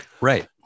Right